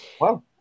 Wow